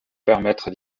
permettre